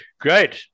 Great